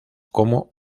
como